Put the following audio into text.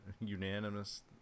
unanimous